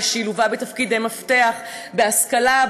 לשילובה בתפקידי מפתח בהשכלה,